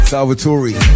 Salvatore